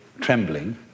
trembling